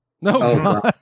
No